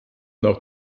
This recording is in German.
nach